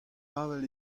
avel